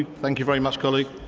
thank you very much, colleague.